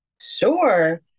Sure